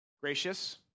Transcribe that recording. Gracious